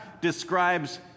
describes